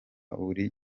buri